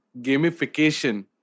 gamification